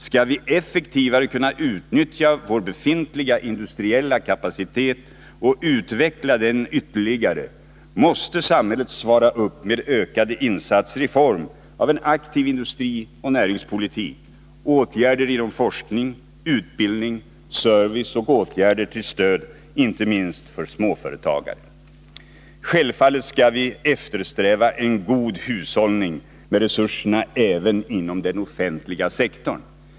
Skall vi effektivare kunna utnyttja vår befintliga industriella kapacitet och utveckla den ytterligare måste samhället gå in med ökade insatser i form av en aktiv industrioch näringspolitik, åtgärder inom forskning, utbildning och service samt inte minst åtgärder till stöd för småföretagarna. Självfallet skall vi eftersträva en god hushållning med resurserna även inom den offentliga sektorn.